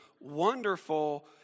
wonderful